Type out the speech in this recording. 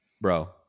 bro